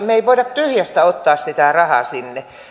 me emme voi tyhjästä ottaa sitä rahaa sinne